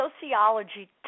sociology